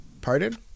Pardon